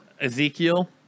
Ezekiel